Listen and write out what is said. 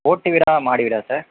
ஓட்டு வீடா மாடி வீடா சார்